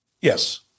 Yes